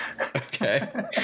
Okay